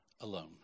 alone